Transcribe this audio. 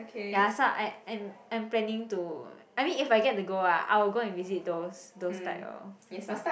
ya so I I'm I'm planning to I mean if I get to go ah I will go and visit those those type of stuff